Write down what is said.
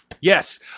yes